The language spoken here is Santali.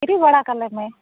ᱦᱤᱨᱤ ᱵᱟᱲᱟ ᱠᱟᱞᱮ ᱢᱮ